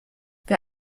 wer